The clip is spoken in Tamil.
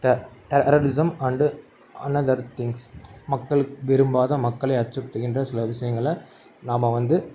ட டெரரிசம் அண்டு அனதர் திங்ஸ் மக்கள் விரும்பாத மக்களை அச்சுறுத்துகின்ற சில விஷயங்கள நாம் வந்து